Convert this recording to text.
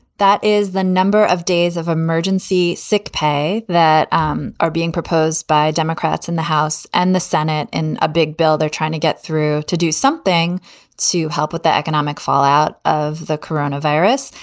that is the number of days of emergency sick pay that um are being proposed by democrats in the house and the senate and a big bill they're trying to get through to do something to help with the. economic fallout of the corona virus.